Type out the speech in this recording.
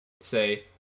say